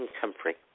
comfrey